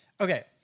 Okay